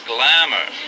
Glamour